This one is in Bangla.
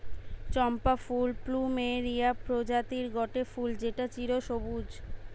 চম্পা ফুল প্লুমেরিয়া প্রজাতির গটে ফুল যেটা চিরসবুজ